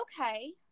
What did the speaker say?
okay